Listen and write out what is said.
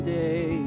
day